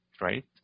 right